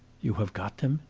you have got them?